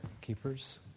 keepers